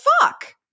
fuck